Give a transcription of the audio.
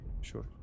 sure